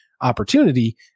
opportunity